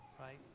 right